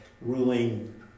ruling